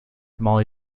molly